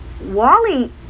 Wally